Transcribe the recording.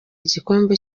igikombe